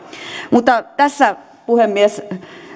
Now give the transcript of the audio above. mutta tässä puhemies